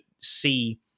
see